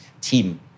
team